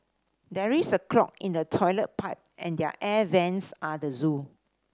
there is a clog in the toilet pipe and there air vents are the zoo